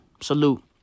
Salute